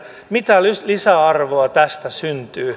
mitä lisäarvoa tästä syntyy